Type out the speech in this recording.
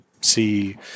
see